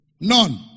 None